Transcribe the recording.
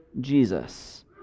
Jesus